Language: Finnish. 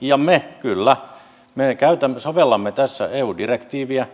ja kyllä me sovellamme tässä eu direktiiviä